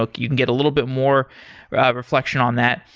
like you can get a little bit more reflection on that.